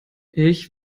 ich